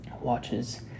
watches